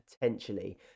potentially